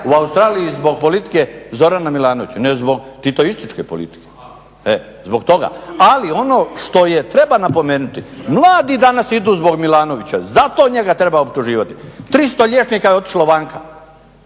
u Australiji zbog politike Zorana Milanovića. Nego zbog titoističke politike, zbog toga. Ali ono što treba napomenuti mladi danas idu zbog Milanovića, za to njega treba optuživati. 300 liječnika je otišlo vanka,